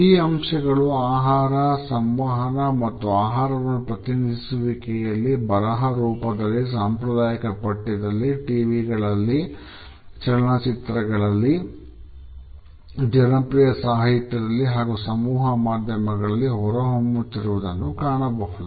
ಈ ಅಂಶಗಳು ಆಹಾರ ಸಂವಹನ ಮತ್ತು ಆಹಾರವನ್ನು ಪ್ರತಿನಿಧಿಸುವಿಕೆಯಲ್ಲಿ ಬರಹ ರೂಪದಲ್ಲಿ ಸಾಂಪ್ರದಾಯಿಕ ಪಠ್ಯದಲ್ಲಿ ಟಿವಿಗಳಲ್ಲಿ ಚಲನಚಿತ್ರಗಳಲ್ಲಿ ಜನಪ್ರಿಯ ಸಾಹಿತ್ಯದಲ್ಲಿ ಹಾಗೂ ಸಮೂಹ ಮಾಧ್ಯಮಗಳಲ್ಲಿ ಹೊರಹೊಮ್ಮುತ್ತಿರುವುದನ್ನು ಕಾಣಬಹುದು